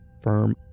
firm